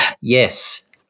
yes